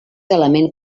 element